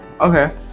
Okay